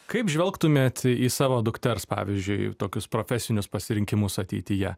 kaip žvelgtumėt į savo dukters pavyzdžiui tokius profesinius pasirinkimus ateityje